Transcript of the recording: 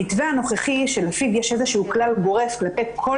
המתווה הנוכחי שלפיו יש כלל גורף כלפי כל